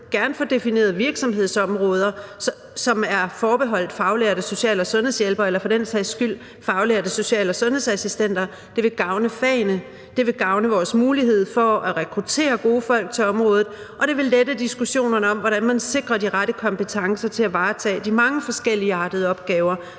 lejlighed gerne få defineret virksomhedsområder, som er forbeholdt faglærte social- og sundhedshjælpere eller for den sags skyld faglærte social- og sundhedsassistenter – det vil gavne fagene, det vil gavne vores mulighed at rekruttere gode folk til området, og det vil lette diskussionerne om, hvordan man sikrer de rette kompetencer til at varetage de mange forskelligartede opgaver,